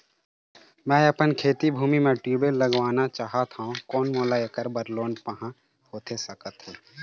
मैं अपन खेती भूमि म ट्यूबवेल लगवाना चाहत हाव, कोन मोला ऐकर बर लोन पाहां होथे सकत हे?